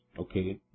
okay